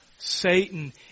Satan